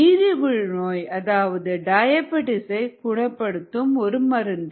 நீரிழிவு நோய் அதாவது டயபடீஸ் ஐ குணப்படுத்தும் ஒரு மருந்து